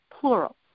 plural